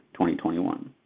2021